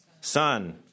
Son